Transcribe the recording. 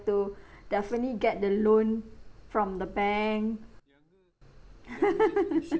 to definitely get the loan from the bank